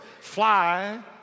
fly